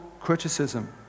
criticism